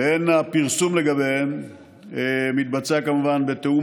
והן הפרסום עליהן מתבצע כמובן בתיאום